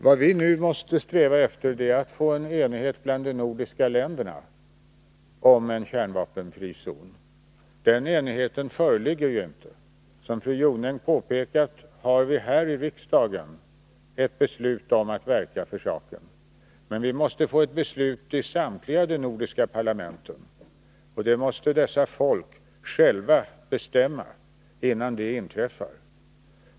Vad vi nu måste sträva efter är att få en enighet bland de nordiska länderna om en kärnvapenfri zon. Den enigheten föreligger ju inte. Som fru Jonäng påpekade har vi här i riksdagen fattat beslut om att verka för saken. Men vi måste få beslut i samtliga nordiska parlament — folken måste själva bestämma detta.